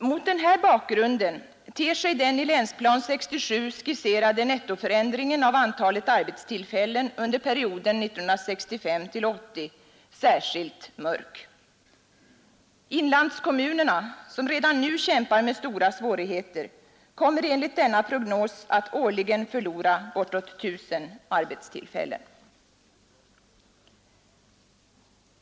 Mot den här bakgrunden ter sig den i Länsplan 67 skisserade nettoförändringen av antalet arbetstillfällen under perioden 1965—1980 särskilt mörk. Inlandskommunerna, som redan nu kämpar med stora svårigheter, kommer enligt denna prognos att årligen förlora bortåt 1 000 arbetstillfällen.